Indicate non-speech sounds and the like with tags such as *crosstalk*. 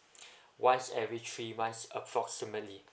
*breath* once every three months approximately